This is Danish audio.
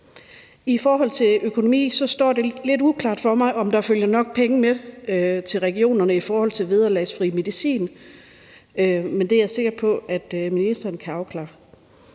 I forhold til økonomien står det lidt uklart for mig, om der følger nok penge med til regionerne i forhold til vederlagsfri medicin, men det er jeg sikker på at ministeren kan afklare.